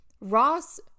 Ross